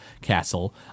castle